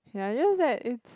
yeah just that it's